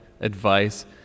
advice